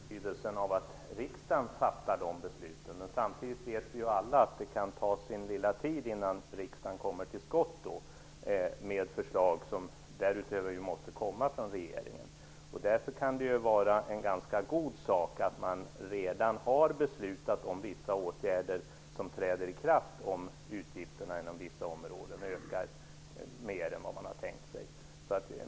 Herr talman! Jag kan hålla med om och förstå betydelsen av att riksdagen fattar de besluten. Samtidigt vet vi ju alla att det kan ta sin tid innan riksdagen kommer till skott med förslag som ju därutöver måste komma från regeringen. Därför kan det vara en god sak att man redan har beslutat om vissa åtgärder som träder i kraft om utgifterna inom vissa områden ökar mer än vad man har tänkt sig.